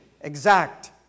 exact